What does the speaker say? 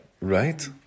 Right